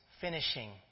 finishing